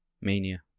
Mania